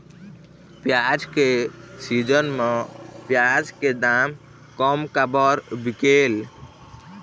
प्याज के सीजन म प्याज के दाम कम काबर बिकेल?